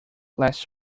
last